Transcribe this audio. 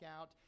out